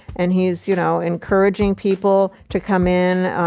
and he's, you know, encouraging people to come in,